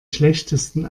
schlechtesten